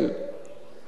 ועמיתי חברי הכנסת,